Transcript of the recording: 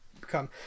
come